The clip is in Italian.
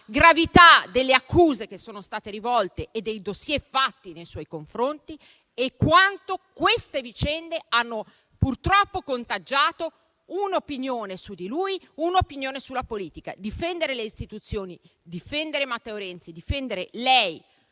gravità delle accuse che sono state rivolte; parlo dei *dossier* fatti nei suoi confronti e di quanto vicende del genere abbiano purtroppo contagiato un'opinione su di lui e sulla politica. Difendere le istituzioni, difendere Matteo Renzi, difendere lei,